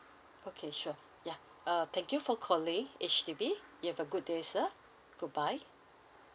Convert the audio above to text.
okay sure yeah uh thank you for calling H_D_B you have a good day sir goodbye